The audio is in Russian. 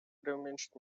приуменьшить